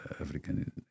African